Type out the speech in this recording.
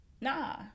nah